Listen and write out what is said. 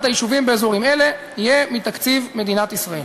היישובים באזורים אלה יהיה מתקציב מדינת ישראל.